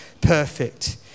perfect